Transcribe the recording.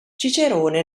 cicerone